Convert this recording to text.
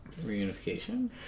reunification